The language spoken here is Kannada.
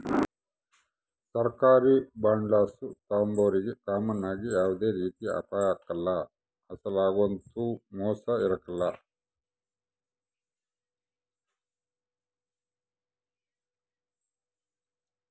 ಸರ್ಕಾರಿ ಬಾಂಡುಲಾಸು ತಾಂಬೋರಿಗೆ ಕಾಮನ್ ಆಗಿ ಯಾವ್ದೇ ರೀತಿ ಅಪಾಯ ಆಗ್ಕಲ್ಲ, ಅಸಲೊಗಂತೂ ಮೋಸ ಇರಕಲ್ಲ